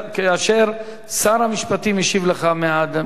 כאשר שר המשפטים השיב לך מעל הדוכן.